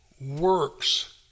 works